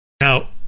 Now